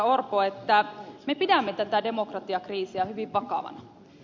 orpo että me pidämme tätä demokratiakriisiä hyvin vakavana